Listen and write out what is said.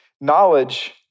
Knowledge